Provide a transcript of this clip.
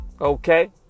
Okay